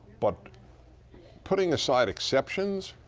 but putting aside exceptions,